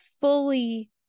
fully